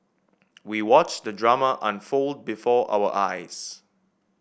we watched the drama unfold before our eyes